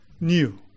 new